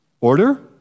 order